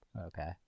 Okay